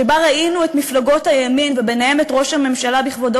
שבה ראינו את מפלגות הימין ובהן את ראש הממשלה בכבודו